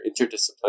interdisciplinary